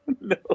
No